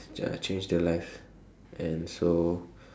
uh change their life and so